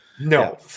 no